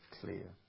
clear